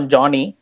Johnny